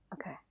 Okay